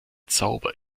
zauber